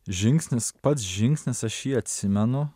žingsnis pats žingsnis aš jį atsimenu